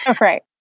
right